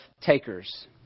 takers